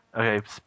Okay